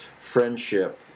friendship